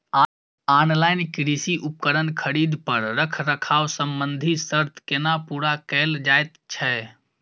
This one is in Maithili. ऑनलाइन कृषि उपकरण खरीद पर रखरखाव संबंधी सर्त केना पूरा कैल जायत छै?